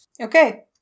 Okay